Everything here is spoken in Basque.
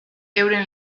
euren